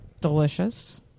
delicious